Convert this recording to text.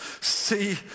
see